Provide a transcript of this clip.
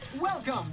Welcome